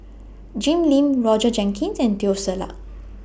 Jim Lim Roger Jenkins and Teo Ser Luck